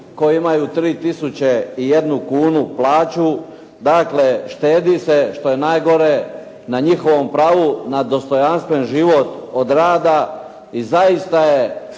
i jednu kunu plaću. Dakle, štedi se što je najgore na njihovom pravu na dostojanstven život od rada i zaista je